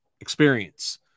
experience